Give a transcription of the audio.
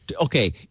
Okay